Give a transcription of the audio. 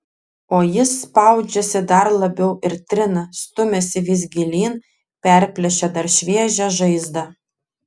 o jis spaudžiasi dar labiau ir trina stumiasi vis gilyn perplėšia dar šviežią žaizdą